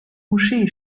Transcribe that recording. moschee